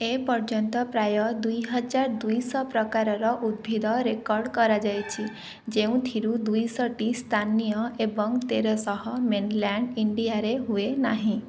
ଏପର୍ଯ୍ୟନ୍ତ ପ୍ରାୟ ଦୁଇହଜାର ଦୁଇଶହ ପ୍ରକାରର ଉଦ୍ଭିଦ ରେକର୍ଡ଼ କରାଯାଇଛି ଯେଉଁଥିରୁ ଦୁଇଶହଟି ସ୍ଥାନୀୟ ଏବଂ ତେରଶହ ମେନଲ୍ୟାଣ୍ଡ୍ ଇଣ୍ଡିଆରେ ହୁଏ ନାହିଁ